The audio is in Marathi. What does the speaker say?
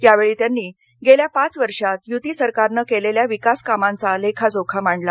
यावेळी त्यांनी गेल्या पाच वर्षात युती सरकारनं केलेल्या विकास कामांचा लेखाजोखा मांडला